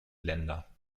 länder